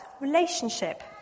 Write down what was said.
relationship